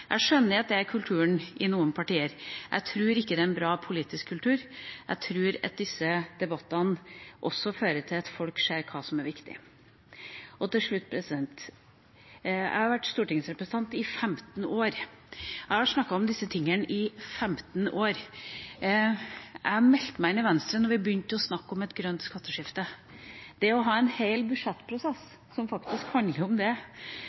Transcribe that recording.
Jeg skjønner at det er kulturen i noen partier. Jeg tror ikke det er en bra politisk kultur, jeg tror disse debattene også fører til at folk ser hva som er viktig. Til slutt: Jeg har vært stortingsrepresentant i 15 år. Jeg har snakket om disse tingene i 15 år. Jeg meldte meg inn i Venstre da vi begynte å snakke om et grønt skatteskifte. Det å ha en hel budsjettprosess som faktisk handler om det,